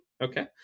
okay